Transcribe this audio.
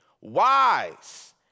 wise